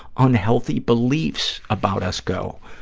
unhealthy beliefs about us go.